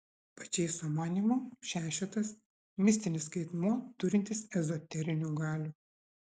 pačėso manymu šešetas mistinis skaitmuo turintis ezoterinių galių